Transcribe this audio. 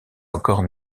encore